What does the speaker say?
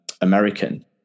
American